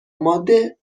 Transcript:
ماده